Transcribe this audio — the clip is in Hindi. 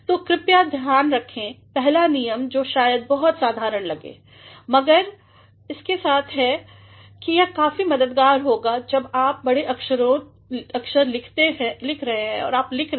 तो कृपया ध्यान रखें पहला नियम जो शायद बहुत साधारण लगे मगर यह काफी मददकरहोगा जब आप बड़े अक्षरें लिख रहे हैं जब आप लिख रहे हैं